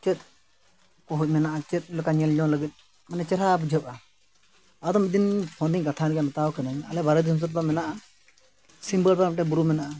ᱪᱮᱫ ᱠᱚᱦᱚᱡ ᱢᱮᱱᱟᱜᱼᱟ ᱪᱮᱫ ᱞᱮᱠᱟ ᱧᱮᱞ ᱡᱚᱝ ᱞᱟᱹᱜᱤᱫ ᱢᱟᱱᱮ ᱪᱮᱦᱨᱟ ᱵᱩᱡᱷᱟᱹᱜᱼᱟ ᱟᱫᱚ ᱢᱤᱫ ᱫᱤᱱ ᱯᱷᱳᱱ ᱛᱤᱧ ᱠᱟᱛᱷᱟᱭᱮᱱ ᱜᱮᱭᱟ ᱢᱮᱛᱟᱣ ᱠᱚ ᱠᱟᱹᱱᱟᱹᱧ ᱟᱞᱮ ᱵᱟᱨᱦᱮ ᱫᱤᱥᱚᱢ ᱥᱮᱫ ᱨᱮᱫᱚ ᱢᱮᱱᱟᱜᱼᱟ ᱥᱤᱢᱵᱟᱹᱲ ᱫᱟ ᱢᱤᱫᱴᱟᱝ ᱵᱩᱨᱩ ᱢᱮᱱᱟᱜᱼᱟ